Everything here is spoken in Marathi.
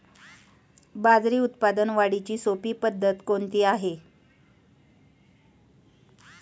बाजरी उत्पादन वाढीची सोपी पद्धत कोणती आहे?